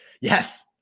Yes